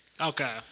Okay